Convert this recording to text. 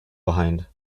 behind